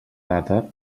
data